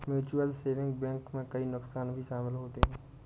mutual saving bank में कई नुकसान भी शमिल होते है